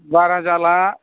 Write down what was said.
बारा जाला